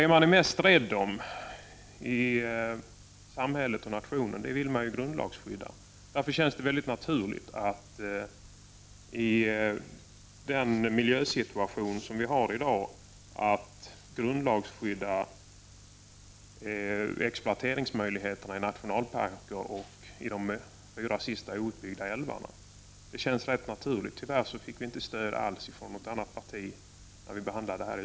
Det man i samhället och nationen är mest rädd om, det vill man grundlagsskydda. Därför känns det mycket naturligt med tanke på den miljösituation vi har i dag att grundlagsskydda nationalparker och de fyra sista outbyggda älvarna från möjligheter till exploatering. Det känns rätt naturligt. Tyvärr fick vi när frågan behandlades i utskottet inget stöd alls från något annat parti.